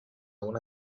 una